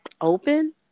open